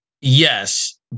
Yes